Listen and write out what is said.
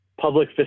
public